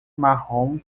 marrom